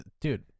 Dude